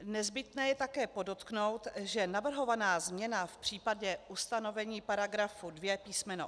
Nezbytné je také podotknout, že navrhovaná změna v případě ustanovení § 2 písm.